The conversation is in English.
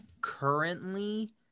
currently